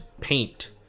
paint